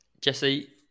Jesse